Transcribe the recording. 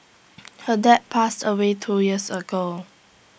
her dad passed away two years ago